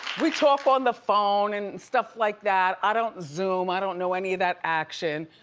we talk on the phone and stuff like that, i don't zoom, i don't know any of that action.